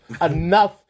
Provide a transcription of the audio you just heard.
Enough